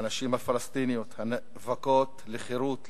לנשים הפלסטיניות הנאבקות לחירות,